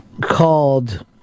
called